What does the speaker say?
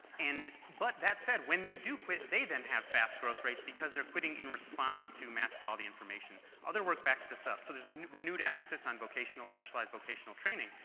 and but that said, when they do quit, they then have fast growth rates because they're quitting in response to match quality information. other work backs this up. so there's a renewed emphasis on vocational, specialized vocational training,